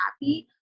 happy